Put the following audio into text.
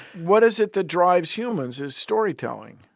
what is it that drives humans is storytelling.